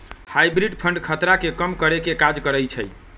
hybrid fund खतरा के कम करेके काज करइ छइ